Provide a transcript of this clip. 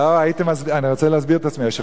אני רוצה להסביר את עצמי.